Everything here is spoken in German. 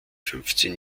fünfzehn